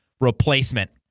replacement